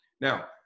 now